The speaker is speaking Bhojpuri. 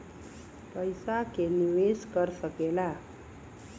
पइसा के निवेस कर सकेला